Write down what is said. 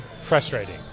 Frustrating